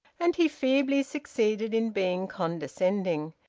and he feebly succeeded in being condescending.